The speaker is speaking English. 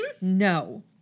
no